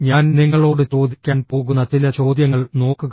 ഞാൻ നിങ്ങളോട് ചോദിക്കാൻ പോകുന്ന ചില ചോദ്യങ്ങൾ നോക്കുക